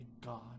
God